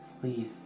Please